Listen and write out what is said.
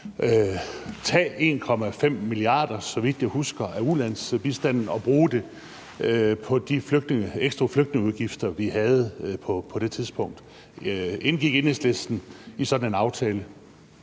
tage 1,5 mia. kr. – så vidt jeg husker – af ulandsbistanden og bruge dem på de ekstra flygtningeudgifter, vi havde på det tidspunkt. Indgik Enhedslisten i sådan en aftale?